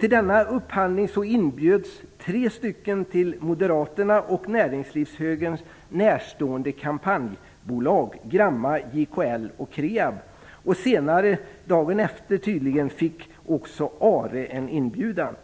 Till denna upphandling inbjöds tre stycken till Moderaterna och näringslivshögern närstående kampanjbolag - Gramma, JKL och KREAB. Senare, tydligen dagen efter, fick också ARE en inbjudan.